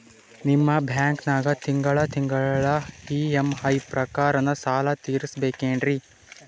ನಿಮ್ಮ ಬ್ಯಾಂಕನಾಗ ತಿಂಗಳ ತಿಂಗಳ ಇ.ಎಂ.ಐ ಪ್ರಕಾರನ ಸಾಲ ತೀರಿಸಬೇಕೆನ್ರೀ?